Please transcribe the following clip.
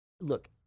look